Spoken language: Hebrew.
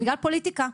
בגלל פוליטיקה.